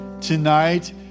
tonight